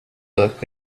book